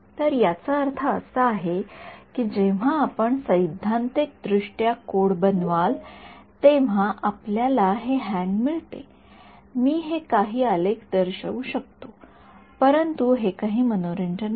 तर याचा अर्थ असा आहे की जेव्हा आपण सैद्धांतिकदृष्ट्या कोड बनवाल तेव्हा आपल्याला हे हँग मिळते मी हे काही आलेख दर्शवू शकतो परंतु हे काही मनोरंजक नाही